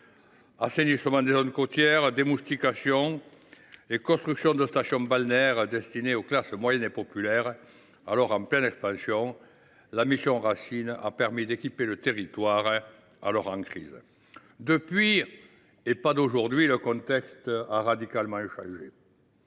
Assainissement des zones côtières, démoustication et construction de stations balnéaires dédiées aux classes moyennes et populaires en pleine expansion : la mission Racine a permis d’équiper ce territoire alors en crise. Depuis, le contexte a radicalement changé.